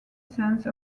sense